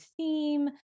theme